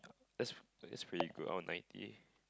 that's that's pretty good oh ninety